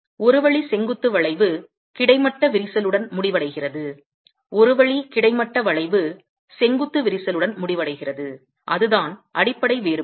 ஒரு வழி செங்குத்து வளைவு கிடைமட்ட விரிசலுடன் முடிவடைகிறது ஒரு வழி கிடைமட்ட வளைவு செங்குத்து விரிசலுடன் முடிவடைகிறது அதுதான் அடிப்படை வேறுபாடு